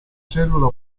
cellula